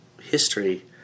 history